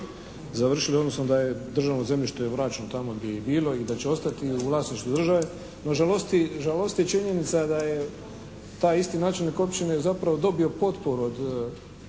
završile odnosno da je državno zemljište je vraćeno tamo gdje je i bilo i da će ostati u vlasništvu države. No žalosti, žalosti činjenica da je taj isti načelnik općine zapravo dobio potporu od